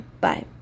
Bye